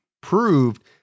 proved